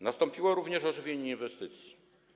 Nastąpiło również ożywienie inwestycji.